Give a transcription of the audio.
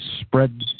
spread